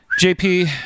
JP